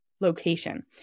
location